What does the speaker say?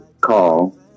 call